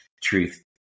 truth